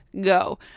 Go